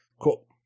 Cool